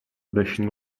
dnešní